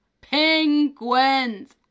PENGUINS